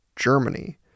Germany